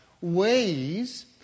ways